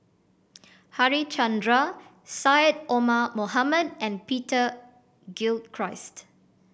Harichandra Syed Omar Mohamed and Peter Gilchrist